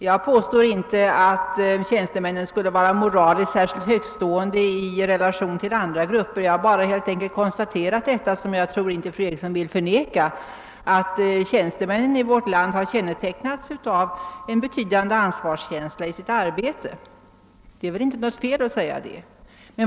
Jag påstod inte att tjänstemännen skulle vara moraliskt mer högtstående än and ra grupper; jag bara konstaterade att — något som jag tror att fru Eriksson inte vill bestrida — tjänstemännen i sitt arbete kännetecknats av en betydande ansvarskänsla. Det är väl inte något fel att framhålla det.